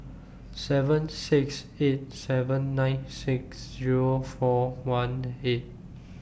seven six eight seven nine six Zero four one eight